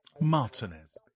Martinez